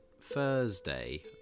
thursday